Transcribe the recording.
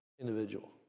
individual